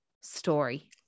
story